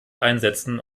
einsetzen